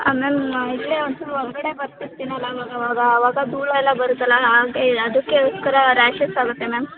ಹಾಂ ಮ್ಯಾಮ್ ಇಲ್ಲೇ ಒನ್ ಚೂರು ಹೊರ್ಗಡೆ ಬರ್ತಿರ್ತೀನಲ್ಲಾ ಅವಾಗವಾಗ ಅವಾಗ ಧೂಳೂ ಎಲ್ಲ ಬರುತ್ತಲ್ಲ ಹಾಗೇ ಅದಕ್ಕೋಸ್ಕರ ರ್ಯಾಷಸ್ ಆಗುತ್ತೆ ಮ್ಯಾಮ್